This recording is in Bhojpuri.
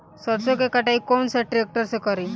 सरसों के कटाई कौन सा ट्रैक्टर से करी?